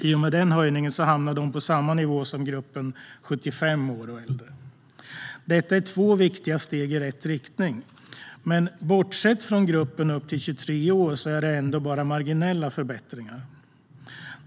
I och med denna höjning hamnar gruppen på samma nivå som gruppen 75 år och äldre. Detta är två viktiga steg i rätt riktning, men bortsett från gruppen upp till 23 år är det ändå bara marginella förbättringar.